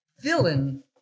villain